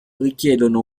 richiedono